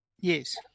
Yes